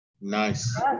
Nice